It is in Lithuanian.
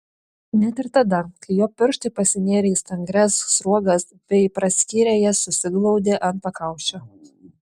net ir tada kai jo pirštai pasinėrė į stangrias sruogas bei praskyrę jas susiglaudė ant pakaušio